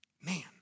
Man